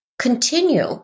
continue